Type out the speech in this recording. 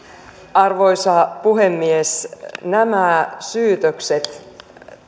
arvoisa puhemies nämä syytökset